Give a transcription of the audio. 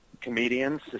comedians